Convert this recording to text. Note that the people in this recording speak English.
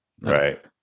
Right